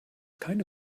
keine